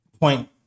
point